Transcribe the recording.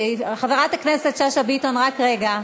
חברת הכנסת שאשא ביטון, רק רגע.